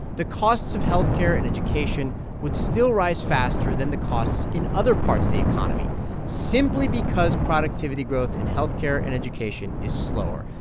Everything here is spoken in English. the costs of health care and education would still rise faster than the costs in other parts the economy simply because productivity growth in health care and education is slower.